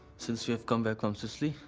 since we've come back from sicily,